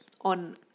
on